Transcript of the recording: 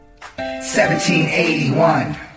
1781